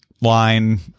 line